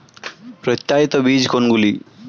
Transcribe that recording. প্রত্যায়িত বীজ কোনগুলি?